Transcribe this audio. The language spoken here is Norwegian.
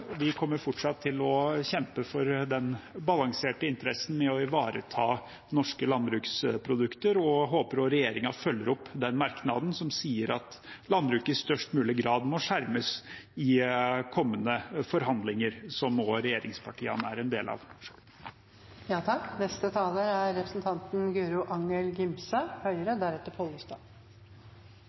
Vi kommer fortsatt til å kjempe for den balanserte interessen i å ivareta norske landbruksprodukter, og vi håper regjeringen følger opp den merknaden som sier at landbruket i størst mulig grad må skjermes i kommende forhandlinger, som regjeringspartiene også er en del av.